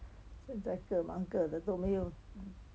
现在各忙各的都没有